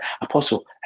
Apostle